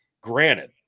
Granted